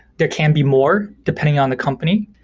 there can be more depending on the company.